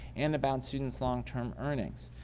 and about students' long term earnings.